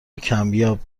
کمیاب